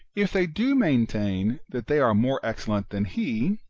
if they do main tain that they are more excellent than he,